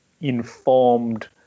informed